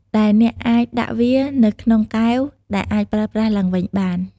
ដែលអ្នកអាចដាក់វានៅក្នុងកែវដែលអាចប្រើប្រាស់ឡើងវិញបាន។